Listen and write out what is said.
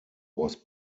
was